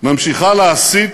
ממשיכה להסית,